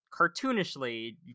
cartoonishly